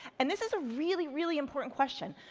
and this is a really, really important question.